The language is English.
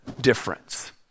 difference